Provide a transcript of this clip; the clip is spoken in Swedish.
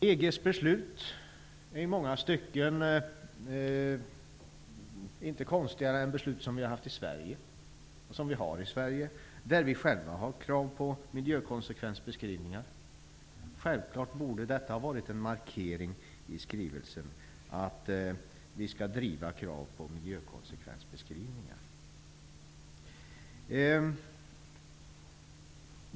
EG:s beslut är i många stycken inte konstigare än de beslut som fattats i Sverige där vi själva har krav på miljökonsekvensbeskrivningar. Självfallet borde det ha markerats i skrivelsen att vi skall driva krav på miljökonsekvensbeskrivningar.